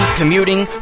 commuting